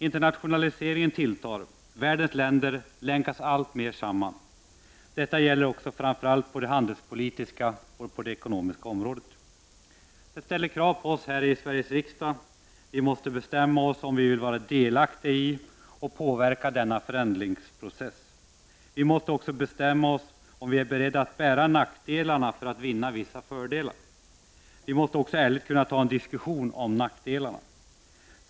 Internationaliseringen tilltar, världens länder länkas alltmer samman. Detta gäller kanske framför allt på det handelspolitiska och på det ekonomiska området. Det ställer krav på oss här i Sveriges riksdag. Vi måste bestämma oss om vi vill vara delaktiga i, och påverka, denna förändringsprocess. Vi måste också bestämma oss om vi är beredda att bära nackdelarna för att vinna vissa fördelar. Vi måste också ärligt kunna ta en diskussion om nackdelarna.